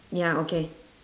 ya okay